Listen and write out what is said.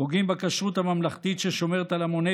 פוגעים בכשרות הממלכתית ששומרת על המוני